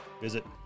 visit